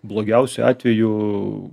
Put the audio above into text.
blogiausiu atveju